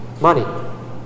money